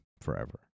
forever